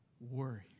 worry